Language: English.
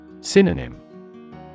Synonym